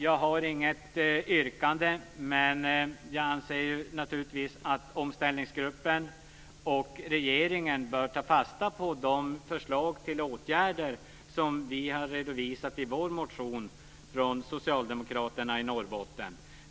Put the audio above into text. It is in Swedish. Jag har inget yrkande, men jag anser naturligtvis att Omställningsgruppen och regeringen bör ta fasta på de förslag till åtgärder som vi har redovisat i vår motion från socialdemokraterna i Norrbotten.